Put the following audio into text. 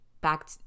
back